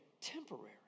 temporary